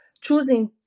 choosing